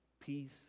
peace